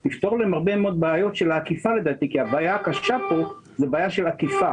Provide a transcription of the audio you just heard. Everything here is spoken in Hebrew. זה יפתור להם הרבה בעיות באכיפה כי הבעיה הקשה פה היא בעיה באכיפה.